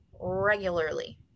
regularly